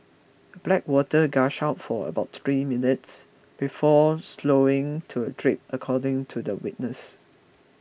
black water gushed out for about three minutes before slowing to a drip according to the witness